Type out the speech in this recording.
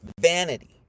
vanity